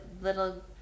little